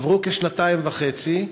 עברו כשנתיים וחצי,